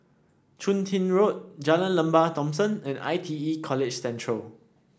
Chun Tin Road Jalan Lembah Thomson and I T E College Central